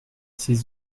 ses